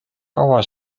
kaua